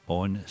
on